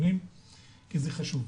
עשיתי סקר.